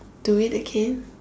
do it again